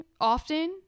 often